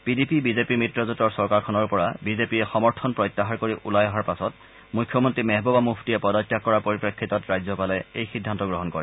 PDP BJP মিত্ৰজোঁটৰ চৰকাৰখনৰ পৰা বিজেপিয়ে সমৰ্থন প্ৰত্যাহাৰ কৰি ওলাই অহাৰ পাছত মুখ্যমন্ত্ৰী মেহবুবা মুফটিয়ে পদত্যাগ কৰাৰ পৰিপ্ৰেক্ষিতত ৰাজ্যপালে এই সিদ্ধান্ত গ্ৰহণ কৰে